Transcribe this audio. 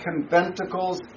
conventicles